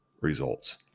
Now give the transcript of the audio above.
results